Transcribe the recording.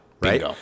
right